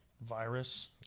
virus